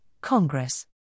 Congress